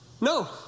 no